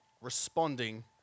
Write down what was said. responding